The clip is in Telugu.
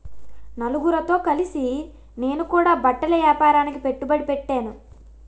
నలుగురితో కలిసి నేను కూడా బట్టల ఏపారానికి పెట్టుబడి పెట్టేను